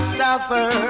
suffer